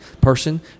person